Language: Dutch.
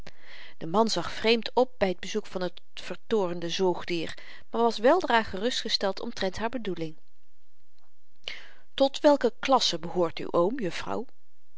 de man zag vreemd op by t bezoek van het vertoornde zoogdier maar was weldra gerust gesteld omtrent haar bedoeling tot welke klasse behoort uw oom